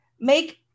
make